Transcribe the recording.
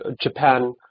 Japan